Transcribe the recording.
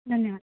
धन्यवादः